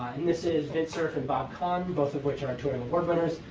and this is vint cerf and bob kahn, both of which are turing award winners.